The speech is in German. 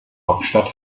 hauptstadt